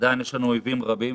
עדיין יש לנו אויבים רבים,